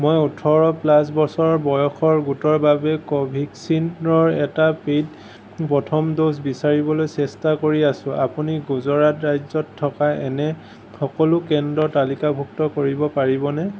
মই ওঠৰ প্লাছ বছৰ বয়সৰ গোটৰ বাবে কোভেক্সিনৰ এটা পে'ইড প্ৰথম ড'জ বিচাৰিবলৈ চেষ্টা কৰি আছোঁ আপুনি গুজৰাট ৰাজ্যত থকা এনে সকলো কেন্দ্ৰ তালিকাভুক্ত কৰিব পাৰিবনে